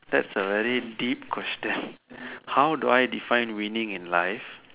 that's a very deep question how do I define winning in life